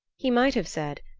he might have said,